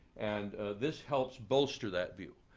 and this helps bolster that view.